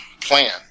plan